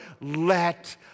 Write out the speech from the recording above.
let